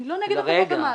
אני לא נגד הטבות המס.